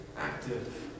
active